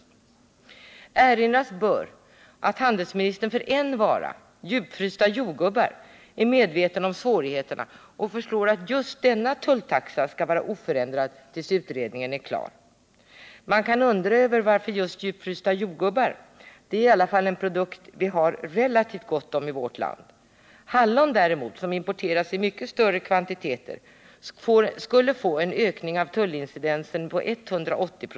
Det bör erinras om att handelsministern för en vara — djupfrysta jordgubbar — är medveten om svårigheterna och föreslår att tulltaxan för just denna vara skall vara oförändrad tills utredningen är klar. Man kan undra över varför det skall gälla just djupfrysta jordgubbar — det är i alla fall en produkt som vihar Nr 159 rätt gott om i vårt land. Hallon däremot som importeras i mycket större Tisdagen den kvantiteter skulle få en ökning av tullincidensen med 180 96.